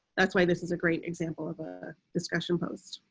that's why this is a great example of a discussion post